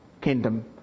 kingdom